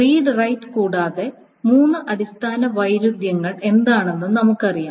read write കൂടാതെ മൂന്ന് അടിസ്ഥാന വൈരുദ്ധ്യങ്ങൾ എന്താണെന്ന് നമുക്കറിയാം